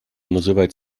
называть